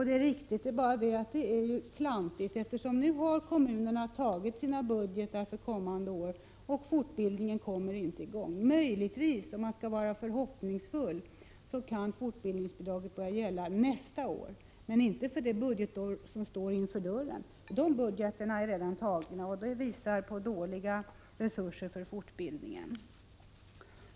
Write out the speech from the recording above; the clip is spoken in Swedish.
Det är riktigt, men det är bara det att här har man handlat klantigt, eftersom kommunerna nu har antagit sina budgetar för kommande år och fortbildningen inte kommer i gång. Möjligtvis, och då får man vara riktigt förhoppningsfull, kan fortbildningsbidraget börja användas nästa år, men inte det budgetår som står för dörren. De budgetarna är som sagt redan antagna, och de visar på dåliga resurser för fortbildningen.